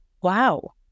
Wow